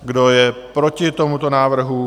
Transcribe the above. Kdo je proti tomuto návrhu?